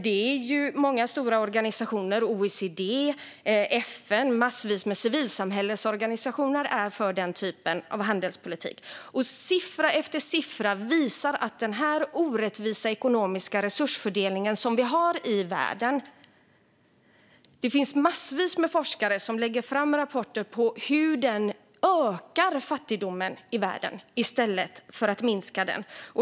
Där finns många stora organisationer, till exempel OECD, FN och massvis med civilsamhällesorganisationer, som är för den typen av handelspolitik. Siffra efter siffra visar den orättvisa ekonomiska resursfördelningen i världen. Det finns massvis med forskare som lägger fram rapporter om hur fattigdomen i världen ökar i stället för att minska.